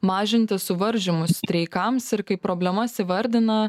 mažinti suvaržymus streikams ir kaip problemas įvardina